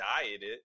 dieted